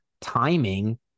timing